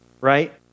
Right